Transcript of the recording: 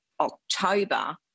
October